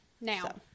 Now